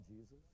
Jesus